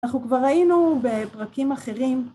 אנחנו כבר ראינו בפרקים אחרים.